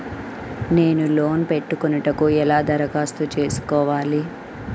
నేను లోన్ పెట్టుకొనుటకు ఎలా దరఖాస్తు చేసుకోవాలి?